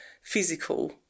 physical